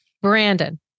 Brandon